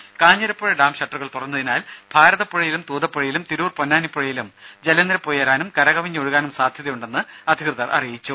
രുമ കാഞ്ഞിരപ്പുഴ ഡാം ഷട്ടറുകൾ തുറന്നതിനാൽ ഭാരതപ്പുഴയിലും തൂതപ്പുഴയിലും തിരൂർ പൊന്നാനിപ്പുഴയിലും ജലനിരപ്പ് ഉയരാനും കരകവിഞ്ഞ് ഒഴുകാനും സാധ്യതയുണ്ടെന്ന് അധികൃതർ അറിയിച്ചു